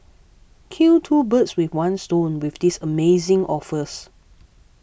kill two birds with one stone with these amazing offers